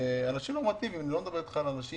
אנשים נורמטיביים, אני לא מדבר על אנשים